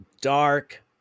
dark